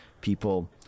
people